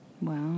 Wow